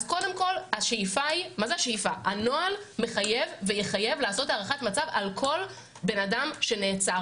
אז קודם כל הנוהל מחייב ויחייב לעשות הערכת מצב על כל בן אדם שנעצר.